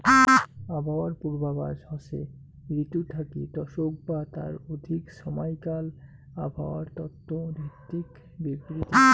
আবহাওয়ার পূর্বাভাস হসে ঋতু থাকি দশক বা তার অধিক সমাইকাল আবহাওয়ার তত্ত্ব ভিত্তিক বিবৃতি